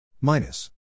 minus